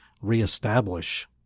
reestablish